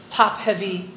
top-heavy